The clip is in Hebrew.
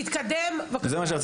תתקדם בבקשה.